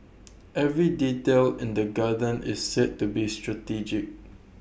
every detail in the garden is said to be strategic